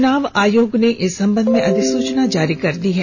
चुनाव आयोग ने इस सम्बन्ध में अधिसूचना जारी कर दी है